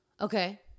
Okay